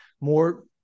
More